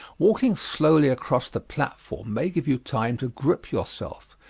walking slowly across the platform may give you time to grip yourself,